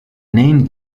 name